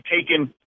taken